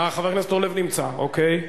חבר הכנסת אורלב נמצא, אוקיי.